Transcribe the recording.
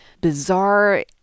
bizarre